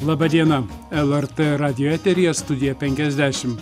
laba diena lrt radijo eteryje studija penkiasdešimt